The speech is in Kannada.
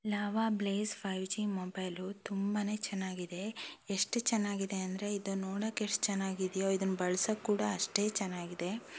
lava Blaze five G mobile ತುಂಬಾ ಚೆನ್ನಾಗಿದೆ ಎಷ್ಟು ಚೆನ್ನಾಗಿದೆ ಅಂದರೆ ಇದನ್ನ ನೋಡಕ್ಕೆಷ್ಟು ಚೆನ್ನಾಗಿದೆಯೋ ಇದನ್ನ ಬಳಸಕ್ಕೂಡ ಅಷ್ಟೇ ಚೆನ್ನಾಗಿದೆ